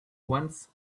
once